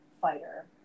fighter